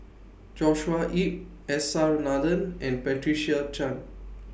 Joshua Ip S R Nathan and Patricia Chan